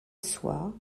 soie